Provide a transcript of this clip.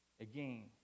Again